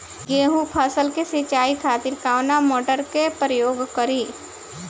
गेहूं फसल के सिंचाई खातिर कवना मोटर के प्रयोग करी?